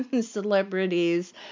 Celebrities